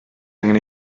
angen